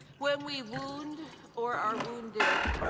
when we wound or are wounded,